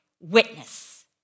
witness